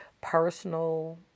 personal